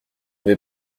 vais